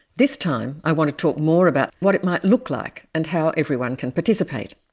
this time i want to talk more about what it might look like and how everyone can participate.